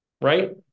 right